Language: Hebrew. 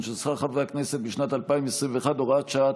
של שכר חברי הכנסת בשנת 2021 (הוראת שעה),